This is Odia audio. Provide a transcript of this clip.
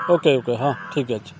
ଓକେ ଓକେ ହଁ ଠିକ୍ ଅଛି